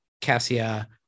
Cassia